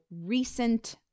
recent